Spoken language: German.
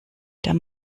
der